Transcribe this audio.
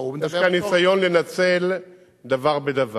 לא, הוא מדבר או שיש כאן ניסיון לנצל דבר בדבר.